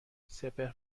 سپهر